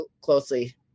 closely